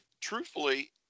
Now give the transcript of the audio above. truthfully